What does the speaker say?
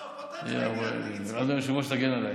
עזוב, בוא, תן, אדוני היושב-ראש, תגן עליי.